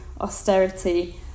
austerity